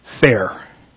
fair